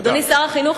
אדוני שר החינוך,